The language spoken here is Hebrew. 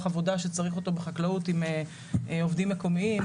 עבודה שצריך אותו בחקלאות עם עובדים מקומיים,